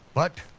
but,